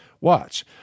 Watch